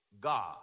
God